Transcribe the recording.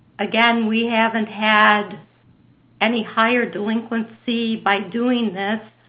again, we haven't had any higher delinquency by doing this,